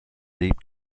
deep